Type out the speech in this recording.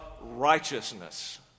righteousness